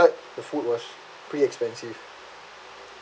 third the food was pretty expensive